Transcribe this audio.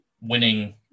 winning